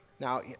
Now